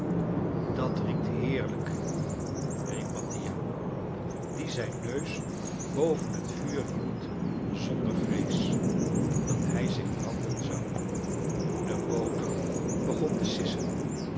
dat riekt heerlijk riep mattia die zijn neus boven het vuur hield zonder vrees dat hij zich branden zou de boter begon te sissen